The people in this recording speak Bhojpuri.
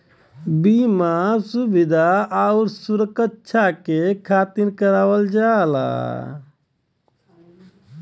बीमा सुविधा आउर सुरक्छा के खातिर करावल जाला